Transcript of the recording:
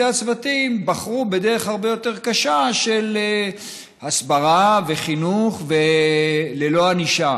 הצוותים בחרו בדרך הרבה יותר קשה של הסברה וחינוך וללא ענישה.